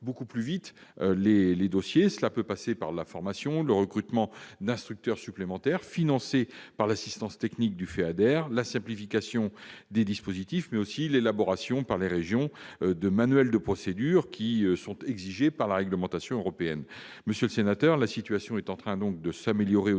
plus vite les dossiers. Cela peut passer par la formation, le recrutement d'instructeurs supplémentaires financé par l'assistance technique du FEADER, la simplification des dispositifs, mais aussi l'élaboration par les conseils régionaux de manuels de procédure, qui sont exigés par la réglementation européenne.